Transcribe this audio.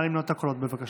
נא למנות את הקולות, בבקשה.